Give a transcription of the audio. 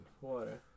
water